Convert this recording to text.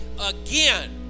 again